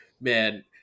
man